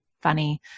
funny